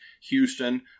Houston